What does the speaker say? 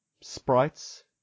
sprites